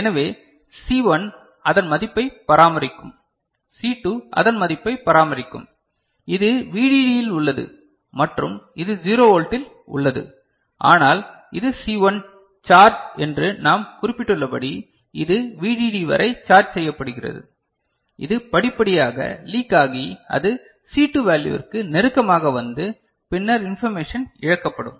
எனவே சி 1 அதன் மதிப்பை பராமரிக்கும் சி 2 அதன் மதிப்பை பராமரிக்கும் இது VDDயில் உள்ளது மற்றும் இது 0 வோல்ட்டில் உள்ளது ஆனால் இது சி 1 சார்ஜ் என்று நாம் குறிப்பிட்டுள்ளபடி இது விடிடி வரை சார்ஜ் செய்யபடுகிறது இது படிப்படியாக லீக் ஆகி அது சி 2 வேல்யுவிற்கு நெருக்கமாக வந்து பின்னர் இன்பர்மேஷன் இழக்கப்படும்